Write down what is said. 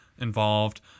involved